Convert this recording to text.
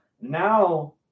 Now